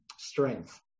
Strength